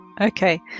Okay